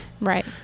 right